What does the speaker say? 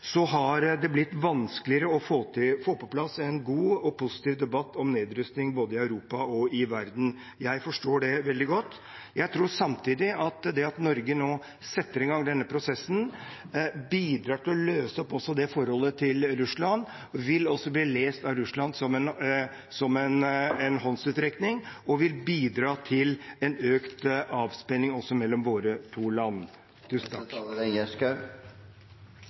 har det blitt vanskeligere å få på plass en god og positiv debatt om nedrustning både i Europa og i verden. Jeg forstår det veldig godt. Jeg tror samtidig at det at Norge nå setter i gang denne prosessen, bidrar til å løse opp det forholdet til Russland. Det vil bli lest av Russland som en håndsrekning og vil bidra til økt avspenning også mellom våre to land.